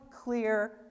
clear